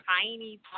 tiny